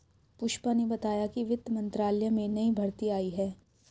पुष्पा ने बताया कि वित्त मंत्रालय में नई भर्ती आई है